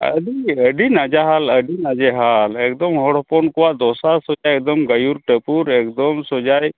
ᱟᱹᱰᱤ ᱟᱹᱰᱤ ᱱᱟᱡᱮᱦᱟᱞ ᱟᱹᱰᱤ ᱱᱟᱡᱮᱦᱟᱞ ᱮᱠᱫᱚᱢ ᱦᱚᱲ ᱦᱚᱯᱚᱱ ᱠᱚᱣᱟᱜ ᱫᱚᱥᱟ ᱮᱠᱫᱚᱢ ᱜᱟᱹᱭᱩᱨ ᱛᱟᱹᱯᱩᱨ ᱮᱠᱫᱚᱢ ᱥᱚᱡᱟᱭ